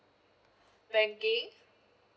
banking